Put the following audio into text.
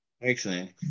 Excellent